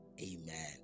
Amen